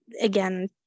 again